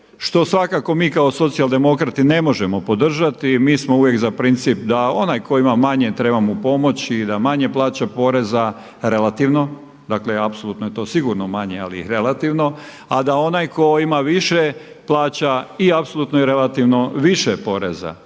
što svakako mi kao socijaldemokrati ne možemo podržati. Mi smo uvijek za princip da onaj tko ima manje treba mu pomoći i da manje plaća poreza relativno, dakle apsolutno je to sigurno manje, ali relativno, a da onaj tko ima više plaća i apsolutno i relativno više poreza